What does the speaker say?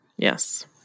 Yes